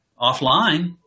offline